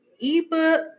ebook